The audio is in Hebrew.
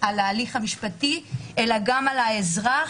על ההליך המשפטי אלא גם על האזרח